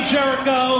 Jericho